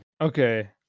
Okay